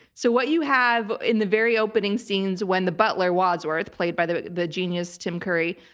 so what you have in the very opening scenes when the butler wadsworth, played by the the genius tim curry,